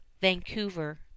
Vancouver